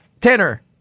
Tanner